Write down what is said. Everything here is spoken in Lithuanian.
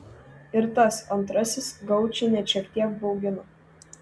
ir tas antrasis gaučį net šiek tiek baugino